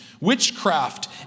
witchcraft